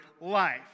life